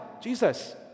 Jesus